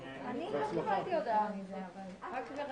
14:10.